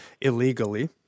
illegally